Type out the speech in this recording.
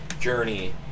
journey